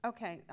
Okay